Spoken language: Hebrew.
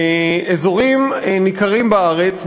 אזורים ניכרים בארץ,